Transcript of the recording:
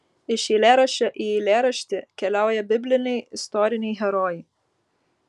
iš eilėraščio į eilėraštį keliauja bibliniai istoriniai herojai